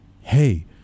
hey